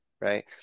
right